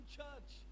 church